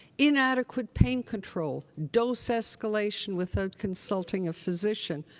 inadequate pain control. dose escalation without consulting a physician,